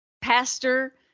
Pastor